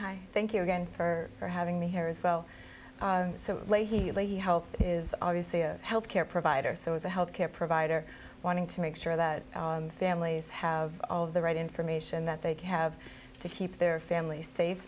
hi thank you again for for having me here as well so leahy leahy health is obviously a health care provider so as a health care provider wanting to make sure that families have all of the right information that they have to keep their family safe